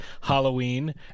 Halloween